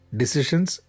decisions